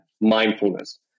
mindfulness